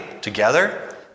together